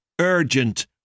urgent